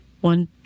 one